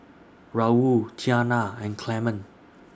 Raul Tianna and Clement